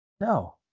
no